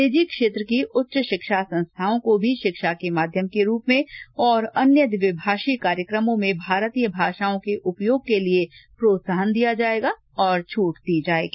निजी क्षेत्र की उच्च शिक्षा संस्थाओं को भी शिक्षा के माध्यम के रूप में और अन्य द्विभाषी कार्यक्रमों में भारतीय भाषाओं के उपयोग के लिए प्रोत्साहन दिया जाएगा और छूट दी जाएगी